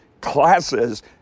classes